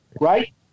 right